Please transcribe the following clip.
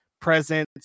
presence